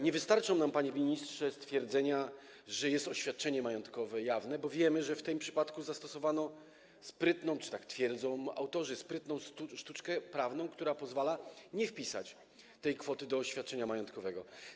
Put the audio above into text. Nie wystarczą nam, panie ministrze, stwierdzenia, że jest oświadczenie majątkowe jawne, bo wiemy, że w tym przypadku zastosowano, tak twierdzą autorzy, sprytną sztuczkę prawną, która pozwala nie wpisać tej kwoty do oświadczenia majątkowego.